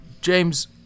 James